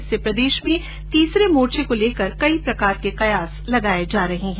इससे प्रदेश में तीसरे मोर्चे को लेकर कई प्रकार के कयास लगाए जा रहे है